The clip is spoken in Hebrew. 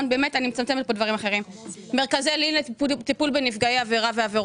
אני יודע שגם הגדלת את הקמחא דפסחא בעוד 5